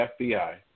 FBI